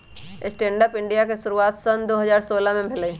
stand up India के शुरुआत सन दू हज़ार सोलह में भेलइ